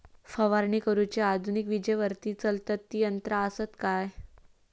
फवारणी करुची आधुनिक विजेवरती चलतत ती यंत्रा आसत काय?